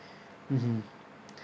mmhmm